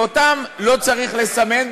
ואותם לא צריך לסמן,